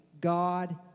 God